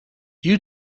you